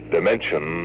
Dimension